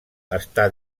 està